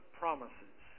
promises